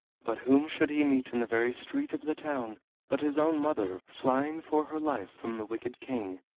but whom should he meet in the very street of the town but his own mother, flying for her life from the wicked king,